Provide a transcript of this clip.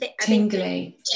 Tingly